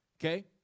okay